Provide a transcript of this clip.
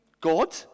God